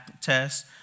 test